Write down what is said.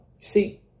see